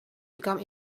become